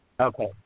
okay